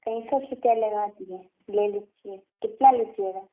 پینسٹھ روپیہ لگا دیے ہیں لے لیجیے کتنا لیجیے گا